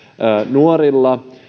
nuorilla